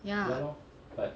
ya